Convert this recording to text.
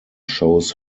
shows